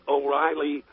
O'Reilly